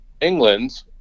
england